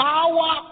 Power